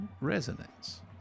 resonance